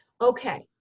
okay